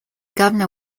governor